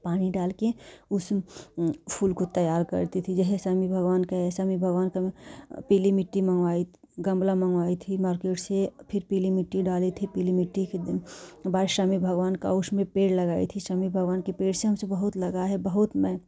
पानी डालकर उस फूल को तैयार करती थी यह शनि भगवान का यह शनि भगवान का पीली मिट्टी मंगाई गमला मंगवाई थी मार्केट से फ़िर पीली मिट्टी डाली थी पीली मिट्टी के बाद शनि भगवान का उसमें पेड़ लगाई थी शनि भागवान के पेड़ से हमसे बहुत लगाव है बहुत मैं